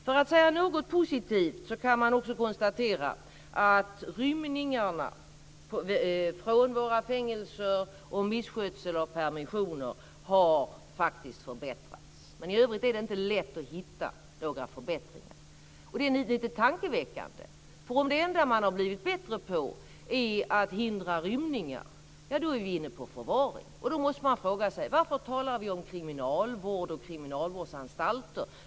För att säga något positivt kan man faktiskt konstatera förbättringar när det gäller rymningarna från våra fängelser och misskötsel av permissioner. Men i övrigt är det inte lätt att hitta några förbättringar. Och det är lite tankeväckande. Om det enda man har blivit bättre på är att hindra rymningar, ja, då är vi inne på förvaring. Då måste man fråga sig: Varför talar vi om kriminalvård och kriminalvårdsanstalter?